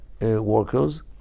workers